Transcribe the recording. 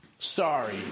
Sorry